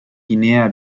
guinea